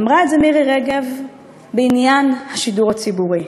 אמרה את זה מירי רגב בעניין השידור הציבורי,